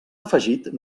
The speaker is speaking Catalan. afegit